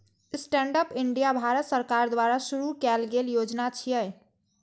stand up India Bharat सरकार द्वारा शुरू कैल गेल योजना छियै